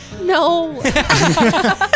No